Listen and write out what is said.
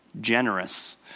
generous